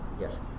Yes